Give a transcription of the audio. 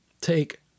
take